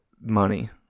money